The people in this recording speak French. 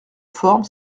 forme